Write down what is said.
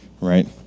right